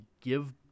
give